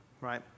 right